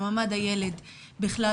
במעמד הילד בכלל,